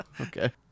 Okay